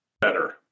better